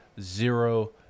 zero